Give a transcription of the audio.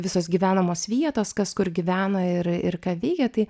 visos gyvenamos vietos kas kur gyvena ir ir ką veikia tai